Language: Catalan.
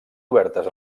obertes